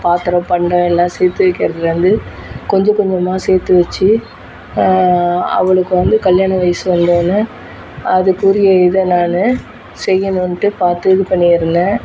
பாத்திரம் பண்டம் எல்லாம் சேர்த்து வைக்கிறதுலருந்து கொஞ்சம் கொஞ்சமாக சேர்த்து வச்சு அவளுக்கு வந்து கல்யாண வயது வந்த உடனே அதுக்கு உரிய இதை நான் செய்யணும்னுட்டு பார்த்து இது பண்ணியிருந்தேன்